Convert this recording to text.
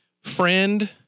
friend